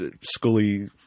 Scully